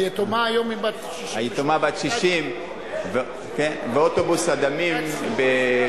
היתומה היום היא בת 60. היתומה בת 60. ואוטובוס הדמים ב-1975.